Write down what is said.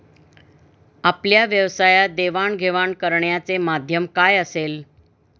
आपल्या व्यवसायात देवाणघेवाण करण्याचे माध्यम काय असेल?